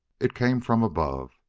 it came from above,